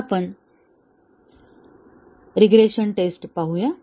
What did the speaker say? आता आपण regression test पाहूया